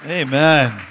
Amen